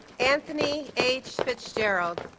anthony h. fitzgerald